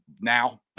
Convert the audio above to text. now